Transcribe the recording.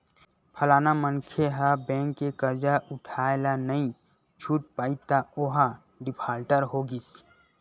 फलाना मनखे ह बेंक के करजा उठाय ल नइ छूट पाइस त ओहा डिफाल्टर हो गिस